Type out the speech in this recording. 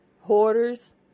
hoarders